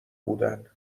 بودن